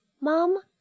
Mom